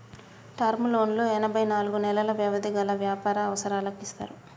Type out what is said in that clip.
term లోన్లు ఎనభై నాలుగు నెలలు వ్యవధి గల వ్యాపార అవసరాలకు ఇస్తారు